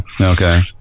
okay